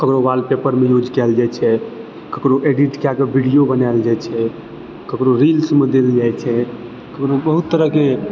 ककरो वालपेपरमे यूज कयल जाइ छै ककरो एडिटके कऽ वीडियो बनायल जाइ छै ककरो रील्समे देल जाइ छै ककरो बहुत तरहके